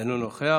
אינו נוכח.